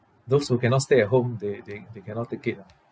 those who cannot stay at home they they they cannot take it lah